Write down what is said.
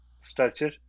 structure